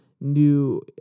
new